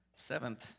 Seventh